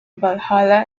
valhalla